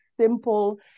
simple